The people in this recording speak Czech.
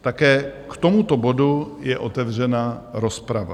Také k tomuto bodu je otevřena rozprava.